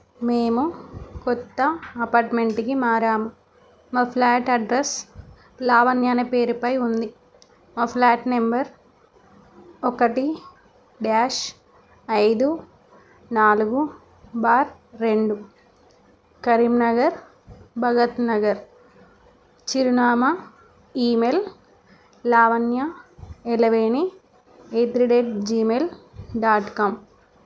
మేము క్రొత్త అపార్ట్మెంట్కి మారాము మా ఫ్లాట్ అడ్రస్ లావణ్య అనే పేరుపై ఉంది మా ఫ్లాట్ నెంబర్ ఒకటి డాష్ ఐదు నాలుగు బార్ రెండు కరీంనగర్ భగత్నగర్ చిరునామా email Lavanya Elaveni at the rate Gmail dot com